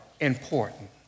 important